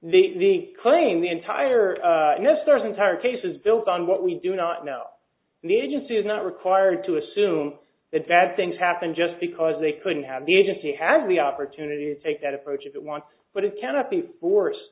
what the claim the entire nesters entire case is built on what we do not know the agency is not required to assume that bad things happened just because they couldn't have the agency has the opportunity to take that approach if it wants but it cannot be forced